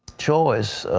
choice,